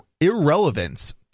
irrelevance